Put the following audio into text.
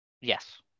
Yes